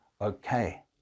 okay